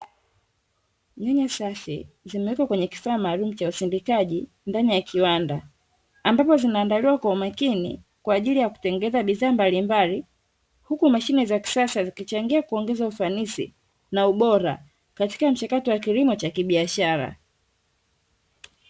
Nyanya safi zimewekwa kwenye kifaa maalum cha usindikaji ndani ya kiwanda, ambapo zinaandaliwa kwa makini kwaajili ya kutengeneza bidhaa mbalimbali. Huku mashine za kisasa zikichangia kuongeza ufanisi na ubora katika mchakato ya kilimo cha kibiashara.